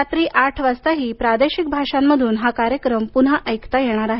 रात्री आठ वाजताही प्रादेशिक भाषांमधून हा कार्यक्रम पुन्हा ऐकता येणार आहे